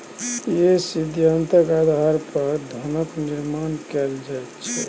इएह सिद्धान्तक आधार पर धनक निर्माण कैल जाइत छै